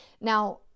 Now